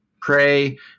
pray